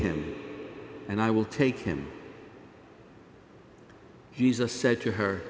him and i will take him he's a said to her